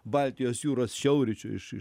baltijos jūros šiaurryčių iš